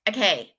Okay